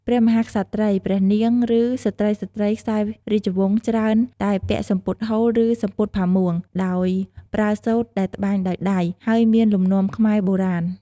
ព្រះមហាក្សត្រី ព្រះនាង ឬ ស្ត្រីៗខ្សែរាជវង្សច្រើនតែពាក់សំពត់ហូល ឬ សំពត់ផាមួង ដោយប្រើសូត្រដែលត្បាញដោយដៃ ហើយមានលំនាំខ្មែរបុរាណ។